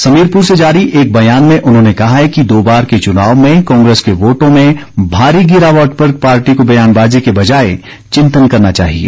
समीरपुर से जारी एक बयान में उन्होंने कहा है कि दो बार के चुनाव में कांग्रेस के वोटों में भारी गिरावट पर पार्टी को बयानबाजी के बजाए चिंतन करना चाहिए